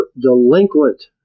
delinquent